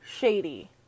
shady